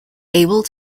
able